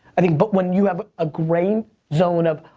i think but when you have a graying zone of,